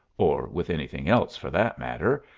or with anything else, for that matter,